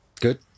Good